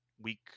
week